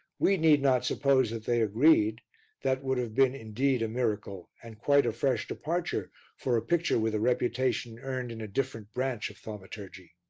we need not suppose that they agreed that would have been indeed a miracle and quite a fresh departure for a picture with a reputation earned in a different branch of thaumaturgy.